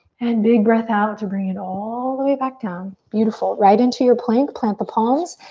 and big breath out to bring it all the way back down. beautiful, right into your plank. plant the palms,